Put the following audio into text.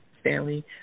Stanley